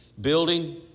Building